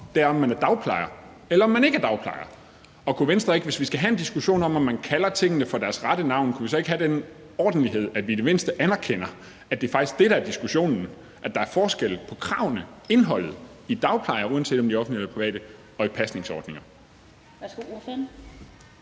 sig om, om man er dagplejer, eller man ikke er dagplejer. Kunne Venstre ikke, hvis vi skal have en diskussion om, om man kalder tingene ved deres rette navn, have den ordentlighed, at man i det mindste anerkender, at det faktisk er det, der er diskuteres, nemlig at der er forskel på kravene til dagplejere, uanset om de er offentlige eller private – og i indholdet